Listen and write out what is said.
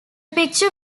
picture